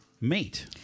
mate